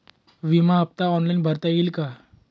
विमा हफ्ता ऑनलाईन भरता येईल का?